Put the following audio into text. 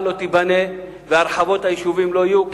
לא תיבנה והרחבות היישובים לא יהיו,